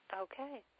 Okay